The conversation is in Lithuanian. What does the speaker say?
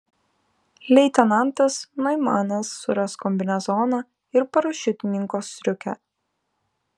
leitenantas noimanas suras kombinezoną ir parašiutininko striukę